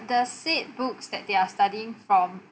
the said books that they are studying from